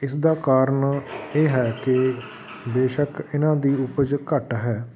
ਇਸਦਾ ਕਾਰਨ ਇਹ ਹੈ ਕਿ ਬੇਸ਼ੱਕ ਇਹਨਾਂ ਦੀ ਉਪਜ ਘੱਟ ਹੈ